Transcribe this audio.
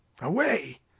Away